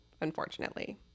unfortunately